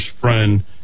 friend